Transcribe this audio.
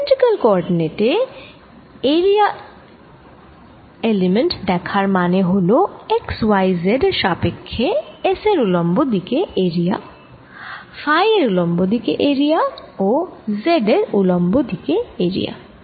cylindrical coordinate এ area element দেখার মানে হল x y z এর সাপেক্ষ্যে S এর উলম্ব দিকে এরিয়া ফাই এর উলম্ব দিকে এরিয়া ও Z এর উলম্ব দিকে এরিয়া